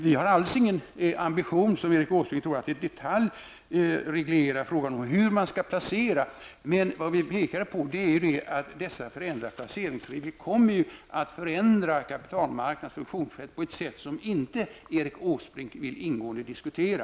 Vi har alls ingen ambition, som Erik Åsbrink tror, att i detalj reglera frågan om hur man skall placera. Men det vi pekar på, är att dessa ändrade placeringsregler kommer att förändra kapitalmarknadens funktionssätt på ett sätt som Erik Åsbrink inte vill ingående diskutera.